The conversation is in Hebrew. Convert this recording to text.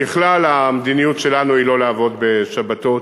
ככלל, המדיניות שלנו היא לא לעבוד בשבתות.